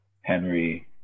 Henry